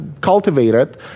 cultivated